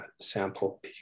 sample